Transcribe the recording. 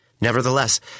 Nevertheless